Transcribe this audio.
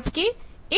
जबकि